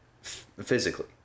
physically